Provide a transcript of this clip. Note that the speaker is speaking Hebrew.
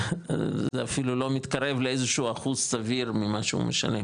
זה אפילו לא מתקרב לאיזשהו אחוז סביר ממה שהוא משלם